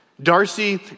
Darcy